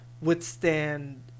withstand